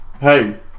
Hey